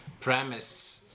premise